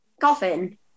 coffin